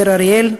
מאיר אריאל,